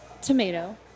tomato